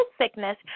sickness